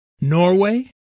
Norway